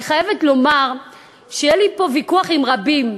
אני חייבת לומר שהיה לי פה ויכוח עם רבים,